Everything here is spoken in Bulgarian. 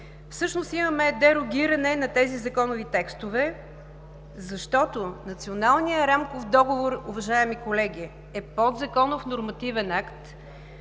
Всъщност имаме дерогиране на тези законови текстове, защото Националният рамков договор, уважаеми колеги, е подзаконов нормативен акт